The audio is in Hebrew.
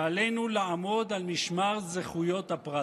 שעלינו לעמוד על זכויות הפרט.